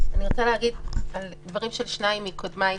אני רוצה להגיב על דברים של שניים מקודמיי.